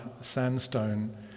sandstone